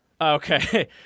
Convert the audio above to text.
Okay